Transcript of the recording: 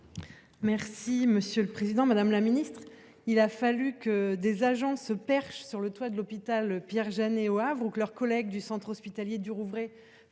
et de la prévention. Madame la ministre, il a fallu que des agents se perchent sur le toit de l'hôpital Pierre-Janet au Havre et que leurs collègues du centre hospitalier du Rouvray